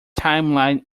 timeline